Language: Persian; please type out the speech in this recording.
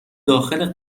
داخل